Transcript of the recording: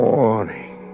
Morning